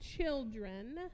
children